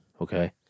Okay